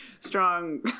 strong